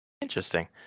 Interesting